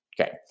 okay